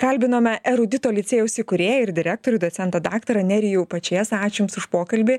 kalbinome erudito licėjaus įkūrėją ir direktorių docentą daktarą nerijų pačėsą ačiū jums už pokalbį